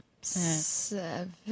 Seven